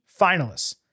finalists